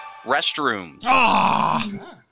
restrooms